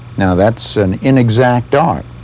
now that's an inexact art.